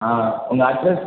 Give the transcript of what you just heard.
ஆ உங்கள் அட்ரஸ்